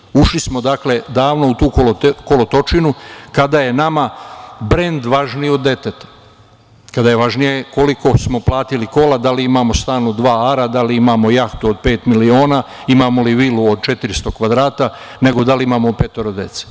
Dakle, ušli smo davno u tu kolotečinu, kada je nama brend važniji od deteta, kada je važnije koliko smo platili kola, da li imamo stan od dva ara, da li imamo jahtu od pet miliona, da li imamo vilu od 400 kvadrata, nego da li imamo petoro dece.